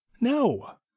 No